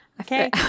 okay